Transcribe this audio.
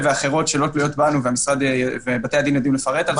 ואחרות שלא תלויות בנו ובתי-הדין יודעים לפרט על זה.